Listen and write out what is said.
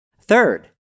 Third